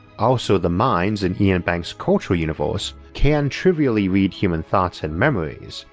also, the minds in iain bank's culture universe can trivially read human thoughts and memories,